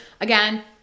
again